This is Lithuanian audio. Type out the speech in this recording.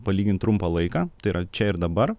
palyginti trumpą laiką tai yra čia ir dabar